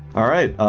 all right.